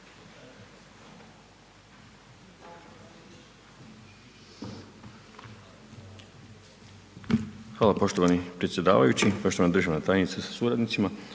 Hvala poštovani predsjedavajući, poštovana državna tajnice sa suradnicima,